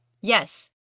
Yes